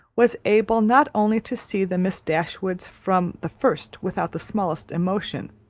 was able not only to see the miss dashwoods from the first without the smallest emotion,